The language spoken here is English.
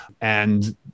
And-